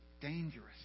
dangerous